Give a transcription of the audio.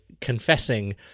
confessing